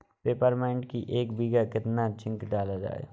Peppermint की एक बीघा कितना जिंक डाला जाए?